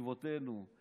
לסביבותינו".